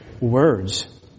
words